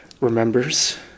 remembers